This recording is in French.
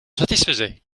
satisfaisaient